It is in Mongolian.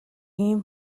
ийм